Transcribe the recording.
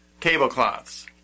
tablecloths